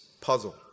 puzzle